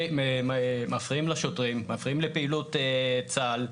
מפריעים לשוטרים, מפריעים לפעילות צה"ל.